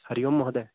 हरिः ओं महोदय